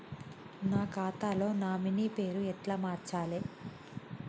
నా ఖాతా లో నామినీ పేరు ఎట్ల మార్చాలే?